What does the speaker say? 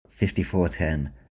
54-10